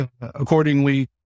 accordingly